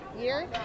year